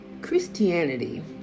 Christianity